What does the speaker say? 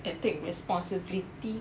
and take responsibility